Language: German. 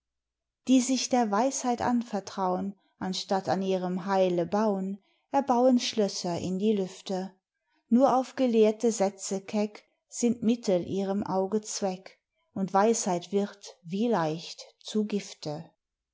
die sich der weisheit anvertraun anstatt an ihrem heile baun erbauen schlösser in die lüfte nur auf gelehrte sätze keck sind mittel ihrem auge zweck und weisheit wird wie leicht zu gifte